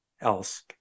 else